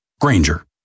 Granger